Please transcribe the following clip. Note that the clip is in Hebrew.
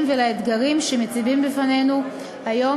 ולאתגרים שארגוני הטרור מציבים בפנינו היום.